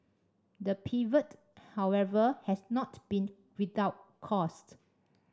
the pivot however has not been without costs